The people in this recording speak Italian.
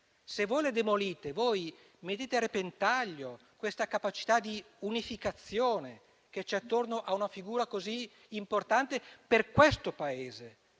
Se voi la demolite, voi mettete a repentaglio questa capacità di unificazione che c'è attorno a una figura così importante per questo Paese.